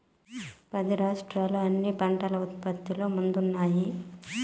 పది రాష్ట్రాలు అన్ని పంటల ఉత్పత్తిలో ముందున్నాయి